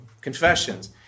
Confessions